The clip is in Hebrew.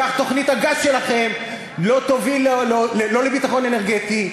כך תוכנית הגז שלכם לא תוביל לא לביטחון אנרגטי,